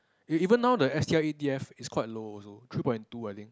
even now the S_T_I A_T_F is quite low also three point two I think